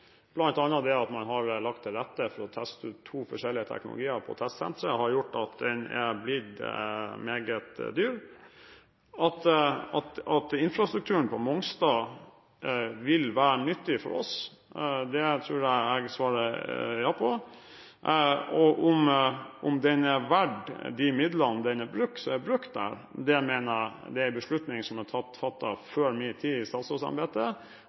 det at man har lagt til rette for å teste ut to forskjellige teknologier på testsenteret, har gjort at det har blitt meget dyrt. At infrastrukturen på Mongstad vil være nyttig for oss, tror jeg at jeg vil svare ja på. Om den er verdt de midlene som er brukt der, mener jeg – det dreier seg om en beslutning som er fattet før min tid i